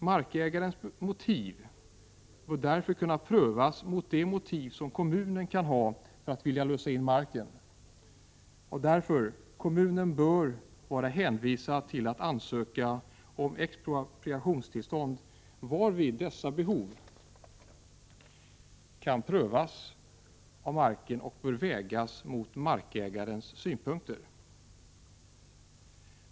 Markägarens motiv bör kunna prövas mot de motiv som kommunerna kan ha för att vilja lösa in marken. Kommunen bör därför vara hänvisad till att ansöka om expropriationstillstånd, varvid dess behov av marken bör vägas mot markägarens synpunkter.